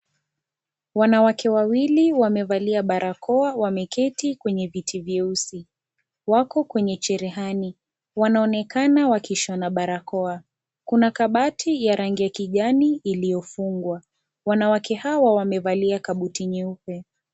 Wanawake wawili wamevalia barakoa wameketi kwenye viti vyeusi. Wako kwenye cherehani. Wanaonekana wakishona barakoa. Kuna Kabati ya rangi ya kijani iliyofungwa. Wanawake hawa wamevalia kabuti nyeupe.